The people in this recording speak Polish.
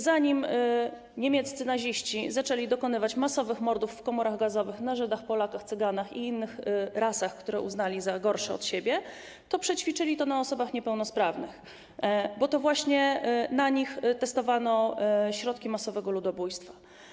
Zanim niemieccy naziści zaczęli dokonywać masowych mordów w komorach gazowych na Żydach, Polakach, Cyganach i innych „rasach”, które uznali za gorsze od siebie, przećwiczyli to na osobach niepełnosprawnych, bo to właśnie na nich testowano środki masowego ludobójstwa.